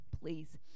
please